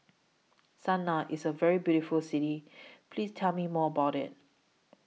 Sanaa IS A very beautiful City Please Tell Me More about IT